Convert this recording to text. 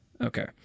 okay